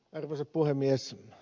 arvoisa puhemies